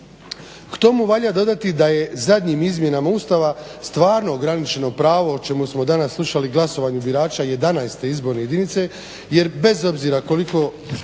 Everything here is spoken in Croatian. K tomu valja dodati da je zadnjim izmjenama Ustava stvarno ograničeno pravo o čemu smo danas slušali, glasovanje birača XI. izborne jedinice jer bez obzira koliko